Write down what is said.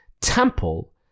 temple